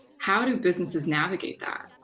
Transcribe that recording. how do businesses navigate that?